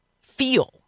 feel